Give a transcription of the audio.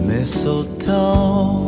Mistletoe